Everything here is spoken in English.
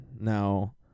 Now